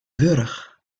wurch